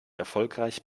erfolgreich